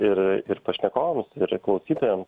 ir ir pašnekovams ir klausytojam